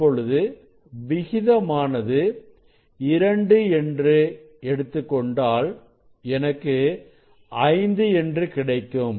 இப்பொழுது விகிதமானது 2 என்று எடுத்துக் கொண்டால் எனக்கு 5 என்று கிடைக்கும்